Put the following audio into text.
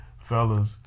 Fellas